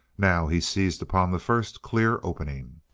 now he seized upon the first clear opening.